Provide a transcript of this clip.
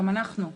גם אנחנו.